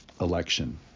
election